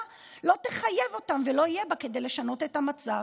לא תחייב אותם ולא יהיה בה כדי לשנות את המצב,